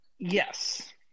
Yes